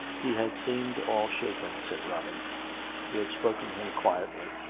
he had seemed all shaken, said robin he had spoken to him quietly,